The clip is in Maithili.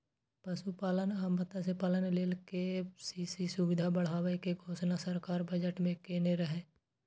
पशुपालन आ मत्स्यपालन लेल के.सी.सी सुविधा बढ़ाबै के घोषणा सरकार बजट मे केने रहै